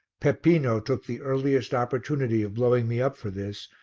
peppino took the earliest opportunity of blowing me up for this,